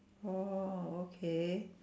oh okay